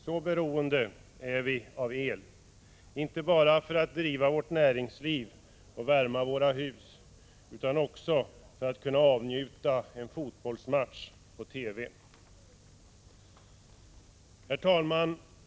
Så beroende är vi av el — inte bara för att driva vårt näringsliv och värma våra hus — utan också för att kunna avnjuta en fotbollsmatch på TV. Herr talman!